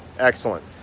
excellent!